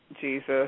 Jesus